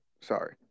Sorry